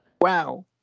wow